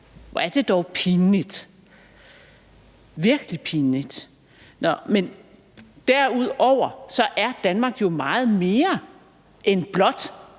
Hvor er det dog pinligt, virkelig pinligt. Men derudover er Danmark jo meget mere end blot